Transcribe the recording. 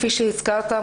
כפי שהזכרת,